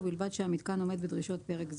ובלבד שהמיתקן עומד בדרישות פרק זה".